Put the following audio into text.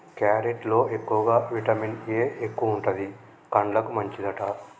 carrot లో ఎక్కువగా vitamin A ఎక్కువుంటది, కండ్లకు మంచిదట